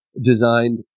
designed